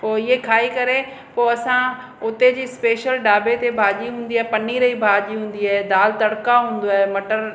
पोइ इहे खाई करे पोइ असां उते जी स्पेशल ढाबे ते भाॼी हूंदी आहे पनीर जी भाॼी हूंदी आहे दालि तड़का हूंदो आहे मटर